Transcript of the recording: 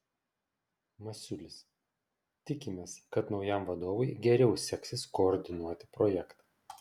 masiulis tikimės kad naujam vadovui geriau seksis koordinuoti projektą